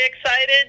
excited